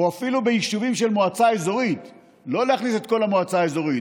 או אפילו ביישובים של מועצה אזורית לא להכניס את כל המועצה האזורית,